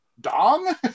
Dong